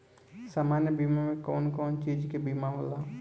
सामान्य बीमा में कवन कवन चीज के बीमा होला?